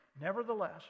Nevertheless